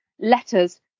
letters